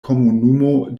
komunumo